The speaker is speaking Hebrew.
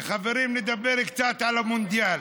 חברים, נדבר קצת על המונדיאל.